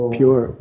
pure